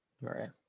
Right